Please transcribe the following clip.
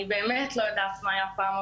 אני באמת לא יודעת מה היה פעם,